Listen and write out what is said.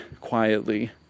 quietly